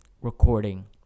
recording